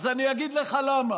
זאת שאלה,